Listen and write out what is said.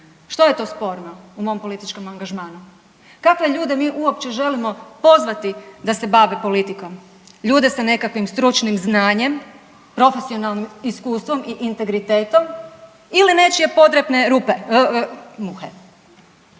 Što je to sporno u mom političkom angažmanu? Kakve ljudi mi uopće želimo pozvati da se bave politikom? Ljude sa nekakvim stručnim znanjem, profesionalnim iskustvom i integritetom ili nečije podrepne rupe, muhe,